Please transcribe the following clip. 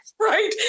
Right